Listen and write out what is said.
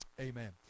Amen